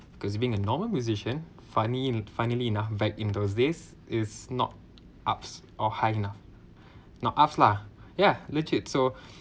because he being a normal musician funny finally enough back in those days is not ups or high enough not ups lah ya legit so